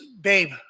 babe